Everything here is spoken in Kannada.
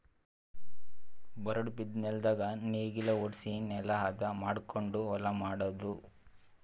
ಬರಡ್ ಬಿದ್ದ ನೆಲ್ದಾಗ ನೇಗಿಲ ಹೊಡ್ಸಿ ನೆಲಾ ಹದ ಮಾಡಕೊಂಡು ಹೊಲಾ ಮಾಡದು